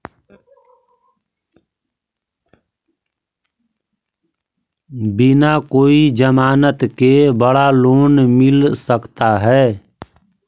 बिना कोई जमानत के बड़ा लोन मिल सकता है?